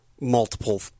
multiple